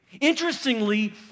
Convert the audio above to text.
Interestingly